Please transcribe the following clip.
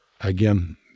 Again